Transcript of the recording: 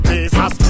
Jesus